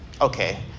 okay